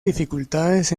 dificultades